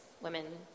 women